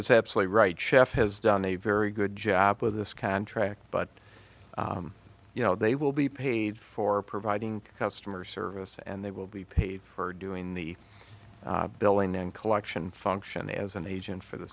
is absolutely right chef has done a very good job with this contract but you know they will be paid for providing customer service and they will be paid for doing the billing and collection function as an agent for the